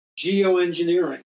geoengineering